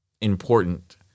important